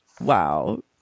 Wow